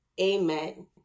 amen